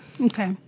Okay